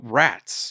rats